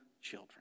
children